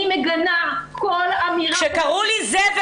אני מגנה כל אמירה --- כשקראו לי זבל,